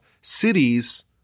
cities